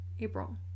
April